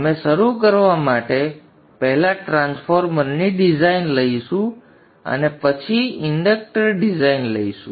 અમે શરૂ કરવા માટે પહેલા ટ્રાન્સફોર્મરની ડિઝાઇન લઈશું અને પછી ઇન્ડક્ટર ડિઝાઇન લઈશું